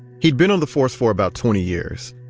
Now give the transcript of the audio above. he'd been on the force for about twenty years.